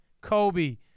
Kobe